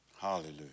Hallelujah